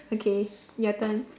okay your turn